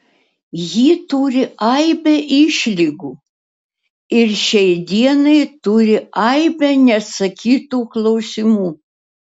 ji turi aibę išlygų ir šiai dienai turi aibę neatsakytų klausimų